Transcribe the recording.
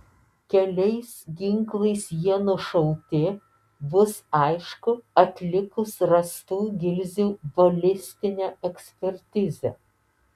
keliais ginklais jie nušauti bus aišku atlikus rastų gilzių balistinę ekspertizę